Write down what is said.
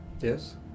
yes